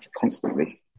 constantly